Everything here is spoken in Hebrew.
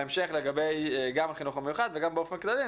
לגבי גם החינוך המיוחד וגם באופן כללי,